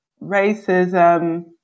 racism